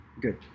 good